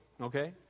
okay